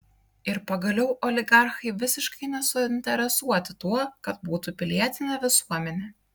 ir pagaliau oligarchai visiškai nesuinteresuoti tuo kad būtų pilietinė visuomenė